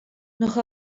noch